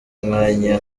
umwanya